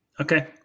Okay